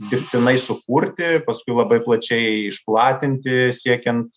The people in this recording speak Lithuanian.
dirbtinai sukurti ir paskui labai plačiai išplatinti siekiant